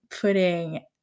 putting